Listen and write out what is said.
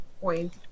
point